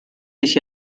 dich